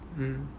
mm